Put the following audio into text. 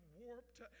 warped